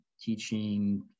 teaching